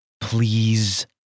Please